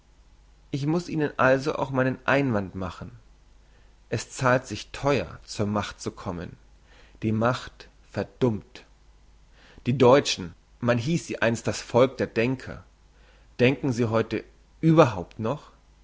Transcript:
ich muss ihnen also auch meinen einwand machen es zahlt sich theuer zur macht zu kommen die macht verdummt die deutschen man hiess sie einst das volk der denker denken sie heute überhaupt noch